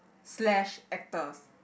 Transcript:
slash actors